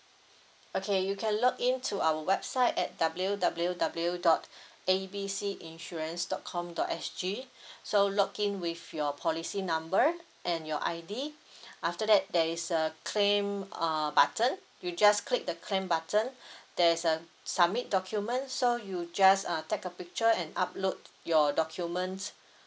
okay you can log in to our website at W W W dot A B C insurance dot com dot S G so log in with your policy number and your I_D after that there is a claim uh button you just click the claim button there's um submit document so you just uh take a picture and upload your documents